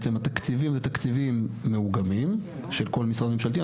התקציבים הם תקציבים מאוגמים, של כל משרד ממשלתי.